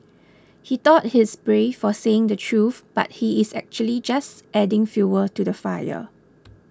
he thought he's brave for saying the truth but he's actually just adding fuel to the fire